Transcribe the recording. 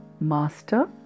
Master